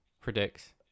predicts